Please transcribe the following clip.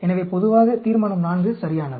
எனவே பொதுவாக தீர்மானம் IV சரியானது